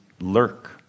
lurk